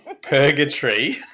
purgatory